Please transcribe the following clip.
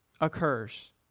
occurs